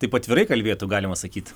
taip atvirai kalbėtų galima sakyt